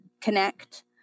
connect